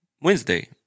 Wednesday